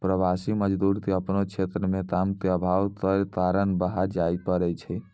प्रवासी मजदूर क आपनो क्षेत्र म काम के आभाव कॅ कारन बाहर जाय पड़ै छै